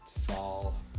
fall